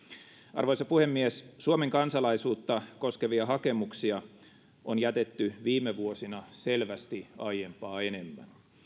arvoisa puhemies suomen kansalaisuutta koskevia hakemuksia on jätetty viime vuosina selvästi aiempaa enemmän